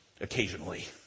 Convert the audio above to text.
Occasionally